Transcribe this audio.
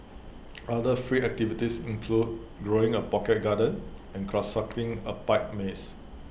other free activities include growing A pocket garden and constructing A pipe maze